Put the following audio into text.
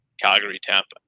Calgary-Tampa